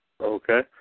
Okay